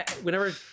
whenever